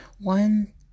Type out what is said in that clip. One